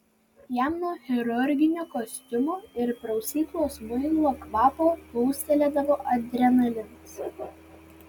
jam nuo chirurginio kostiumo ir prausyklos muilo kvapo plūstelėdavo adrenalinas